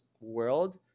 world